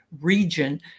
region